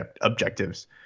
objectives